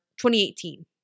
2018